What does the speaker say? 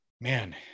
man